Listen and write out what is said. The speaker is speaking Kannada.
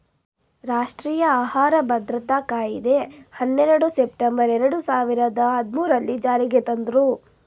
ರಾಷ್ಟ್ರೀಯ ಆಹಾರ ಭದ್ರತಾ ಕಾಯಿದೆ ಹನ್ನೆರಡು ಸೆಪ್ಟೆಂಬರ್ ಎರಡು ಸಾವಿರದ ಹದ್ಮೂರಲ್ಲೀ ಜಾರಿಗೆ ತಂದ್ರೂ